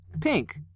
pink